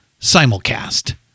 simulcast